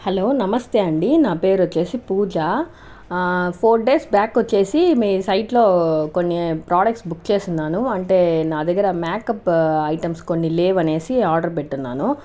hello నమస్తే అండి నా పేరు వచ్చేసి పూజ ఫోర్ డేస్ బ్యాక్ వచ్చేసి మీ సైట్ లో కొన్ని ప్రొడక్ట్స్ బుక్ చేసి ఉన్నాను అంటే నా దగ్గర మ్యాకప్ ఐటమ్స్ కొన్ని కొన్ని లేవు అనేసి ఆర్డర్ పెట్టి ఉన్నాను